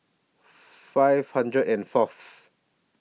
five hundred and Fourth